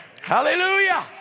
Hallelujah